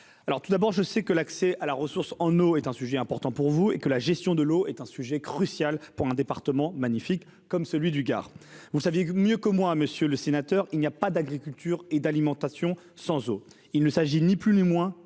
Fesneau. Je le sais, l'accès à la ressource en eau est un sujet important pour vous et la gestion de cette ressource représente un enjeu crucial pour un département magnifique comme celui du Gard. Vous le savez mieux que moi, monsieur le sénateur, il n'y a pas d'agriculture ni d'alimentation sans eau. Il ne s'agit ni plus ni moins que